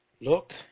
look